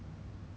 mm